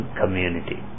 community